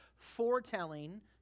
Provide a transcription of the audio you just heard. foretelling